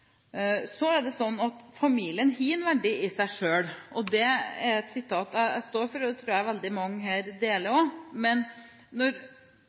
Så er det slik at familien har en verdi i seg selv. Det er et sitat jeg står for, og det tror jeg også veldig mange her deler. Men når